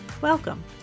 Welcome